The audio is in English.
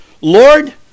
Lord